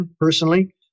personally